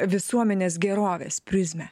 visuomenės gerovės prizmę